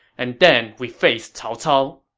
and then we face cao cao.